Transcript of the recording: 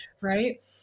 right